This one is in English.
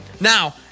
Now